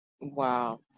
Wow